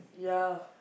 ya